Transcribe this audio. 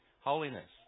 Holiness